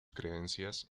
creencias